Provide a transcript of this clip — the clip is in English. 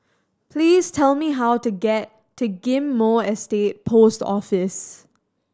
please tell me how to get to Ghim Moh Estate Post Office